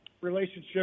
relationship